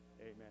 Amen